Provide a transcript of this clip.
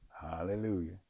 Hallelujah